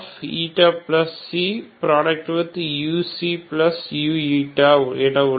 uu உள்ளது